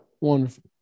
wonderful